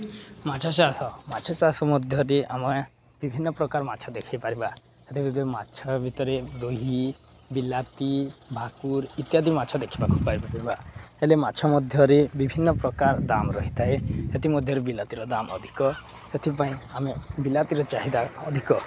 ମାଛ ଚାଷ ମାଛ ଚାଷ ମଧ୍ୟରେ ଆମେ ବିଭିନ୍ନ ପ୍ରକାର ମାଛ ଦେଖାଇପାରିବା ମାଛ ଭିତରେ ଦହି ବିଲାତି ଭାକୁର ଇତ୍ୟାଦି ମାଛ ଦେଖିବାକୁ ପାଇପାରିବା ହେଲେ ମାଛ ମଧ୍ୟରେ ବିଭିନ୍ନ ପ୍ରକାର ଦାମ ରହିଥାଏ ସେଥିମଧ୍ୟରେ ବିଲାତିର ଦାମ ଅଧିକ ସେଥିପାଇଁ ଆମେ ବିଲାତିର ଚାହିଦା ଅଧିକ